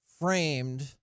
framed